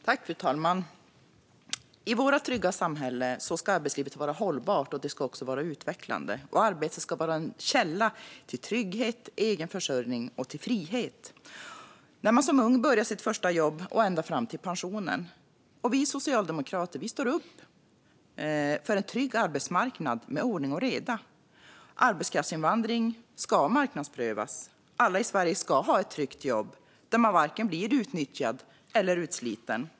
Fru talman! I vårt trygga samhälle ska arbetslivet vara hållbart. Det ska också vara utvecklande. Arbetet ska vara en källa till trygghet, egen försörjning och frihet när man som ung börjar sitt första jobb och ända fram till pensionen. Vi socialdemokrater står upp för en trygg arbetsmarknad med ordning och reda. Arbetskraftsinvandring ska marknadsprövas. Alla i Sverige ska ha ett tryggt jobb där man varken blir utnyttjad eller utsliten.